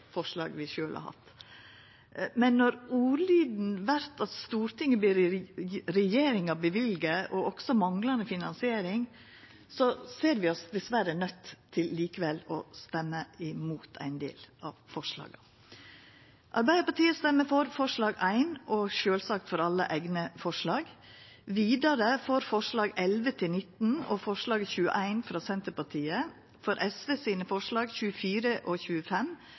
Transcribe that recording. forslag vi sjølv har hatt. Men når ordlyden vert at Stortinget ber regjeringa løyva, og så er det manglande finansiering, ser vi oss dessverre nøydde til likevel å røysta imot ein del av forslaga. Arbeidarpartiet røystar for forslag nr. 1, og sjølvsagt for alle eigne forslag, vidare for forslaga nr. 11–19 og forslag nr. 21, frå Senterpartiet, for forslaga nr. 24, 25, 27–29, 32, 33, 35 og